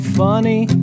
funny